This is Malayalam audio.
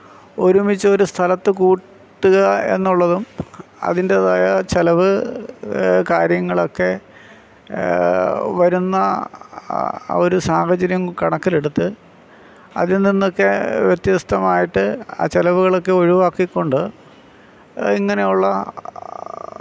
ഒരുമിച്ച് ഒരു സ്ഥലത്ത് കൂട്ടുക എന്നുള്ളതും അതിൻറ്റേതായ ചിലവ് കാര്യങ്ങളൊക്കെ വരുന്ന ആ ഒരു സാഹചര്യം കണക്കിലെടുത്ത് അതിൽ നിന്നൊക്കെ വ്യത്യസ്തമായിട്ട് ആ ചെലവുകളക്കെ ഒഴിവാക്കിക്കൊണ്ട് ഇങ്ങനെയുള്ള